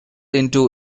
into